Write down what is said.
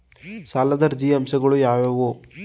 ಸಾಲದ ಅರ್ಜಿಯ ಅಂಶಗಳು ಯಾವುವು?